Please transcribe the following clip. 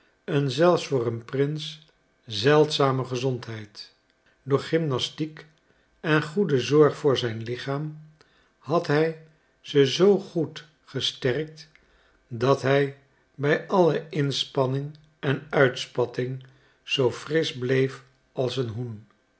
een zelfs voor een prins zeldzame gezondheid door gymnastiek en goede zorg voor zijn lichaam had hij ze zoo goed gesterkt dat hij bij alle inspanning en uitspatting zoo frisch bleef als een hoen